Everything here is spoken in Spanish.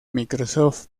microsoft